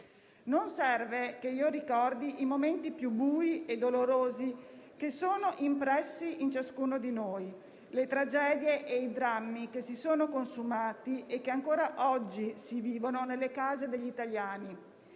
Non serve che ricordi i momenti più bui e dolorosi che sono impressi in ciascuno di noi, le tragedie e i drammi che si sono consumati e che ancora oggi si vivono nelle case degli italiani,